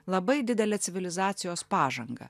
labai didelę civilizacijos pažangą